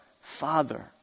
Father